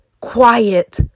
quiet